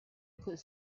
could